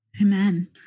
amen